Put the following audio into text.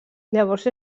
llavors